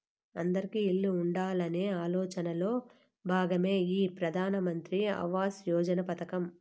అందిరికీ ఇల్లు ఉండాలనే ఆలోచనలో భాగమే ఈ ప్రధాన్ మంత్రి ఆవాస్ యోజన పథకం